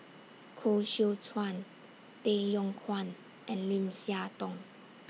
Koh Seow Chuan Tay Yong Kwang and Lim Siah Tong